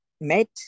met